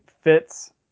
fits